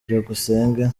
byukusenge